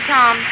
Tom